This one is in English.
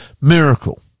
miracle